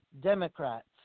Democrats